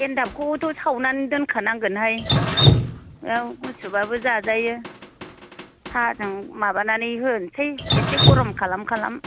एनथाबखौथ' सावनानै दोनखानांगोन हाय औ गुसुबाबो जाजायो साहाजों माबानानै होनसै एसे गरम खालाम खालाम